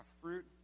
fruit